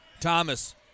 Thomas